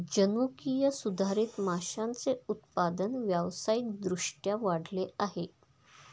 जनुकीय सुधारित माशांचे उत्पादन व्यावसायिक दृष्ट्या वाढले आहे